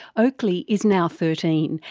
oakley is now thirteen,